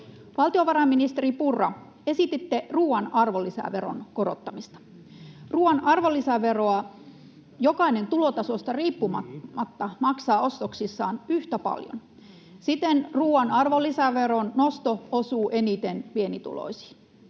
Valtiovarainministeri Purra, esititte ruoan arvonlisäveron korottamista. Ruoan arvonlisäveroa jokainen tulotasosta riippumatta maksaa ostoksissaan yhtä paljon. Siten ruoan arvonlisäveron nosto osuu eniten pienituloisiin,